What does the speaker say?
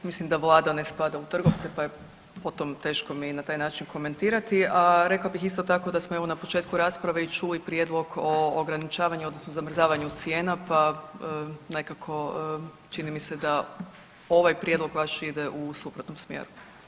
Mislim da vlada ne spada u trgovce pa je po tom teško mi i na taj način komentirati, a rekla bih isto tako da smo evo na početku rasprave i čuli prijedlog o ograničavanju odnosno zamrzavanju cijena pa nekako čini mi se da ovaj prijedlog vaš ide u suprotnom smjeru.